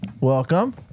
Welcome